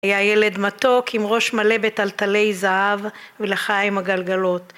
היה ילד מתוק עם ראש מלא בתלתי זהב ולחיים עגלגלות.